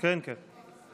כן, כן.